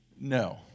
No